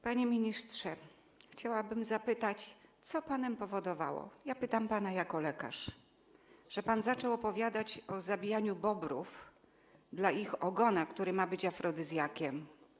Panie ministrze, chciałabym zapytać, co panem powodowało - pytam pana jako lekarz - że pan zaczął opowiadać o zabijaniu bobrów dla ich ogona, który ma być afrodyzjakiem.